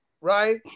Right